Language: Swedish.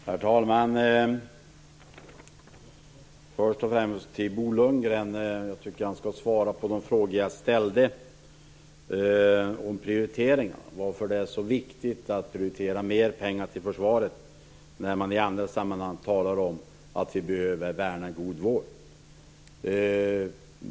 Herr talman! Först och främst vill jag säga till Bo Lundgren att jag tycker att han skall svara på de frågor jag ställde om prioriteringarna. Varför är det så viktigt att prioritera mer pengar till försvaret när man i andra sammanhang talar om att vi behöver värna en god vård?